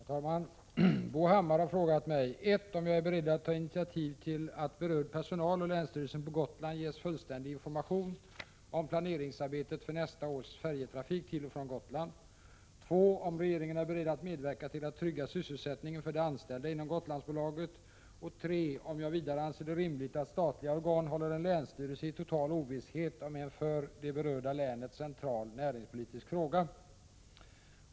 Herr talman! Bo Hammar har frågat mig 1. om jag är beredd att ta initiativ till att berörd personal och länsstyrelsen på Gotland ges fullständig information om planeringsarbetet för nästa års färjetrafik till och från Gotland, 2. om regeringen är beredd att medverka till att trygga sysselsättningen för de anställda inom Gotlandsbolaget och 3. om jag vidare anser det rimligt att statliga organ håller en länsstyrelse i total ovisshet om en för det berörda länet central näringspolitisk fråga.